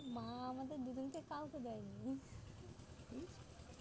মা আমাদের দুজনকে কাউকে দোয়নি